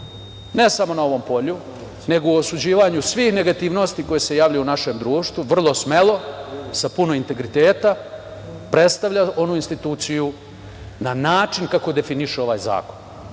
ne samo na ovom polju, nego na osuđivanju svih negativnosti koje se javljaju u našem društvu. Vrlo smelo, sa puno integriteta predstavlja onu instituciju na način kako definiše ovaj zakon.